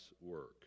work